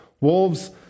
Wolves